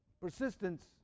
persistence